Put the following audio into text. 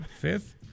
Fifth